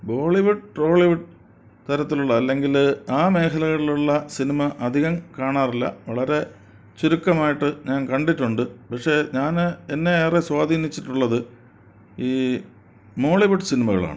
Bollywood Tollywood തരത്തിലുള്ള അല്ലെങ്കില് ആ മേഖലകളിലുള്ള സിനിമ അധികം കാണാറില്ല വളരെ ചുരുക്കമായിട്ട് ഞാൻ കണ്ടിട്ടുണ്ട് പക്ഷേ ഞാന് എന്നെ ഏറെ സ്വാധീനിച്ചിട്ടുള്ളത് ഈ മോളീവുഡ് സിനിമകളാണ്